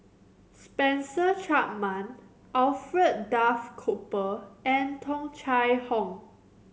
Spencer Chapman Alfred Duff Cooper and Tung Chye Hong